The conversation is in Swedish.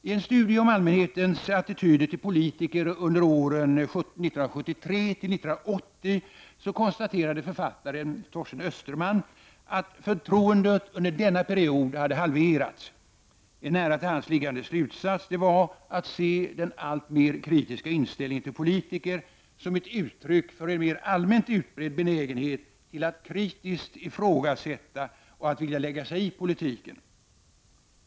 I en studie om allmänhetens attityder till politiker under åren 1973-1980 konstaterade författaren, Torsten Österman, att förtroendet under denna period hade mer än halverats. En nära till hands liggande slutsats var att se den alltmer kritiska inställningen till politiker som ett uttryck för en mer allmänt utbredd benägenhet till att kritiskt ifrågasätta och att vilja lägga sig i politiken.